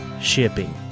shipping